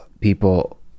people